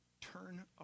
Turn